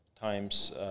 times